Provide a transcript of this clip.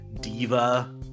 diva